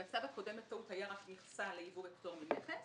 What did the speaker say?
בצו הקודם בטעות הייתה רק מכסה לייבוא בפטור ממכס.